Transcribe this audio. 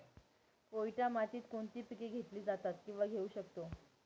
पोयटा मातीत कोणती पिके घेतली जातात, किंवा घेऊ शकतो?